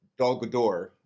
Dolgador